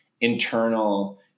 internal